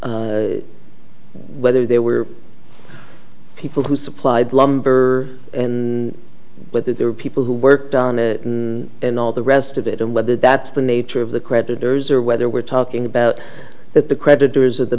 had whether there were people who supplied lumber with that there were people who worked on it and all the rest of it and whether that's the nature of the creditors or whether we're talking about that the creditors of the